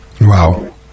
Wow